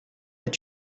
est